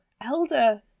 Elder